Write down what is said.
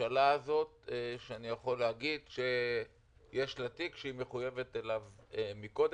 בממשלה הזאת שאני יכול לומר שיש לה תיק שהיא מחויבת אליו קודם.